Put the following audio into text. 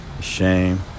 Shame